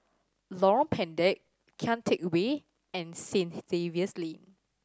Lorong Pendek Kian Teck Way and Saint Xavier's Lane